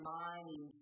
mind